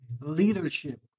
leadership